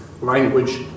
language